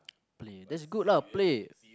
play that's good lah play